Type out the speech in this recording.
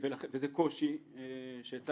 זה אחד הקשיים שהצפנו.